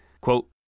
quote